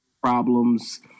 problems